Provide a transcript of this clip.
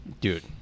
dude